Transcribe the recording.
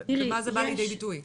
במה זה בא לידי ביטוי?